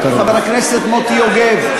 חבר הכנסת מוטי יוגב,